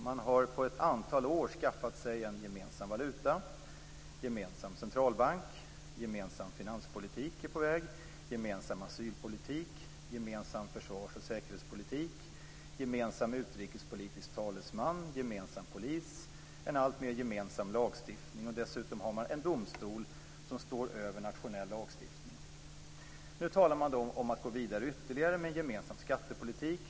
Man har under ett antal år skaffat sig en gemensam valuta, gemensam centralbank, snart en gemensam finanspolitik, gemensam asylpolitik, gemensam försvars och säkerhetspolitik, gemensam utrikespolitisk talesman, gemensam polis och en alltmer gemensam lagstiftning. Dessutom har man en domstol som står över nationell lagstiftning. Nu talar man om att gå vidare med en gemensam skattepolitik.